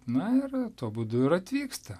na ir tuo būdu ir atvyksta